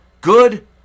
good